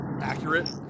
accurate